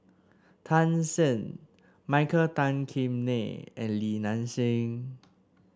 Tan Shen Michael Tan Kim Nei and Li Nanxing